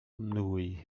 nwy